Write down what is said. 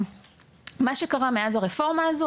מה שקרה מאז הרפורמה הזו,